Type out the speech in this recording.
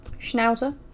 Schnauzer